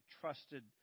trusted